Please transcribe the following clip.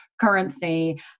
currency